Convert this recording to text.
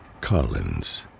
Collins